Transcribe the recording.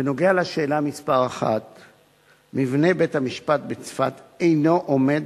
1. מבנה בית-המשפט בצפת אינו עומד